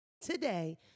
today